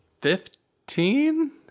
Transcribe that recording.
fifteen